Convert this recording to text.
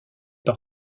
par